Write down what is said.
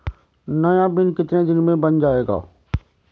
नया पिन कितने दिन में बन जायेगा?